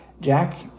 jack